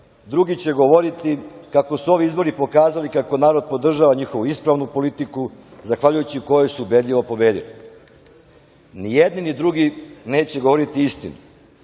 Drugi će govoriti kako su ovi izbori pokazali kako narod podržava njihovu ispravnu politiku, zahvaljujući kojoj su ubedljivo pobedili. Ni jedni, ni drugi neće govoriti istinu,